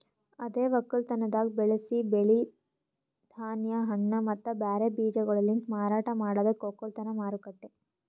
ಅದೇ ಒಕ್ಕಲತನದಾಗ್ ಬೆಳಸಿ ಬೆಳಿ, ಧಾನ್ಯ, ಹಣ್ಣ ಮತ್ತ ಬ್ಯಾರೆ ಬೀಜಗೊಳಲಿಂತ್ ಮಾರಾಟ ಮಾಡದಕ್ ಒಕ್ಕಲತನ ಮಾರುಕಟ್ಟೆ